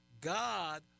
God